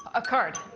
a card.